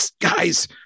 guys